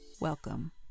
welcome